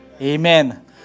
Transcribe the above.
Amen